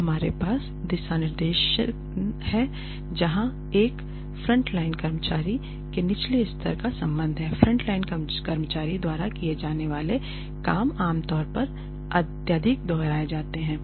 तब हमारे पास दिशानिर्देश हैं कि जहां तक फ्रंटलाइन कर्मचारियों के निचले स्तर का संबंध है फ्रंटलाइन कर्मचारियों द्वारा किए जाने वाले काम आमतौर पर अत्यधिक दोहराए जाते हैं